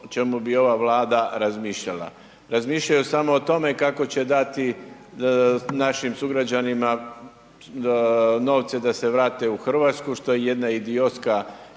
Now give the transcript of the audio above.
o čemu bi ova Vlada razmišljala. Razmišljaju samo o tome kako će dati našim sugrađanima novce da se vrate u RH, što je jedna idiotska